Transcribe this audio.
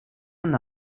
and